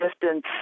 distance